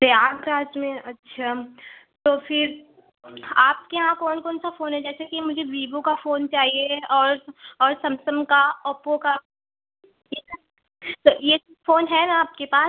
प्रयागराज में अच्छा तो फिर आपके यहाँ कौन कौन सा फ़ोन है जैसे कि मुझे वीवो का फ़ोन चाहिए और और समसम का ओप्पो का ठीक है तो ये सब फ़ोन है न आपके पास